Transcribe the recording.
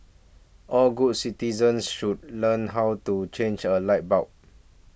all good citizens should learn how to change a light bulb